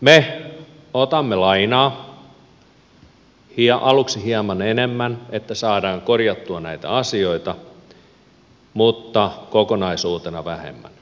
me otamme lainaa aluksi hieman enemmän että saadaan korjattua näitä asioita mutta kokonaisuutena vähemmän